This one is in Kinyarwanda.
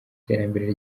iterambere